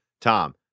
Tom